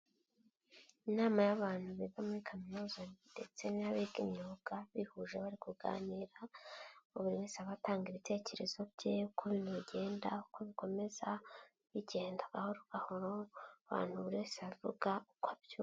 Inama y'abantu biga muri kaminuza ndetse n'abiga imyuga, bihuje bari kuganira buri wese aba atanga ibitekerezo bye uko bigenda uko bikomeza bigenda gahoro gahoro abantu buri wese avuga uko abyumva.